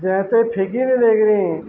ଯେ ହେତେ ଫିକି ନି ଦେଇ କରିି